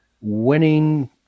winning